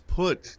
put